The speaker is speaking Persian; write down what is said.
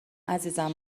عزیزم